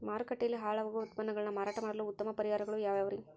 ಮಾರುಕಟ್ಟೆಯಲ್ಲಿ ಹಾಳಾಗುವ ಉತ್ಪನ್ನಗಳನ್ನ ಮಾರಾಟ ಮಾಡಲು ಉತ್ತಮ ಪರಿಹಾರಗಳು ಯಾವ್ಯಾವುರಿ?